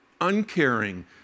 uncaring